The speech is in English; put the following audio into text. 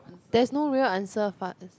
there's no real answer fart